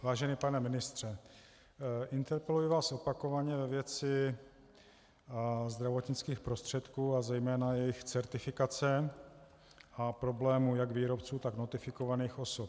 Vážený pane ministře, interpeluji vás opakovaně ve věci zdravotnických prostředků a zejména jejich certifikace a problémů jak výrobců, tak notifikovaných osob.